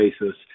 basis